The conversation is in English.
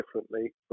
differently